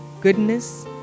goodness